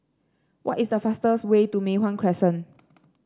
what is the fastest way to Mei Hwan Crescent